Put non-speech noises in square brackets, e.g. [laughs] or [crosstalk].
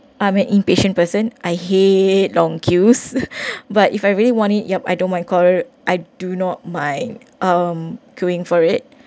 I'm an impatient person I hate long queues [laughs] but if I really want it yup I don't mind core I do not mind uh going for it